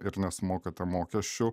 ir nesumokate mokesčių